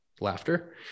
laughter